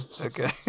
okay